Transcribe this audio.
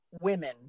women